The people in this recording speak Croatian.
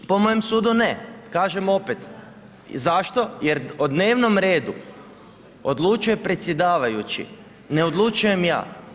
Po mojem sudu ne, kažem opet, zašto jer o dnevnom redu odlučuje predsjedavajući, ne odlučujem ja.